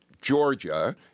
Georgia